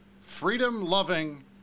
freedom-loving